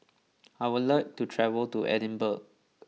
I would love to travel to Edinburgh